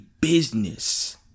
business